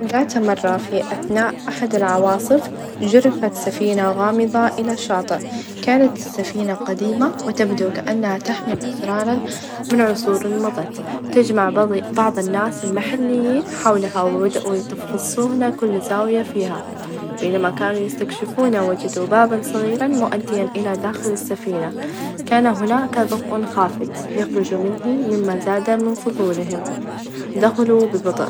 ذات مرة في أثناء أحد العواصف جرفت سفينة غامظة إلى الشاطئ، كانت السفينة قديمة وتبدو كأنها تحمل أسرارًا من عصور مظت، تجمع -بع- بعض الناس المحليين حولها وبدأوا -يطفصون- كل زاوية فيها، بينما كانوا يستكشفون وجدوا بابًا صغيرًا مؤديًا إلى داخل السفينة، كان هناك ظوء خافت يخرج منه مما زاد من فظولهم ،دخلوا ببطء.